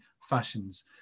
fashions